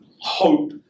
hope